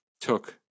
took